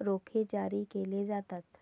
रोखे जारी केले जातात